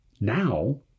now